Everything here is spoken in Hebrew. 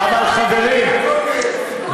אבל, חברים,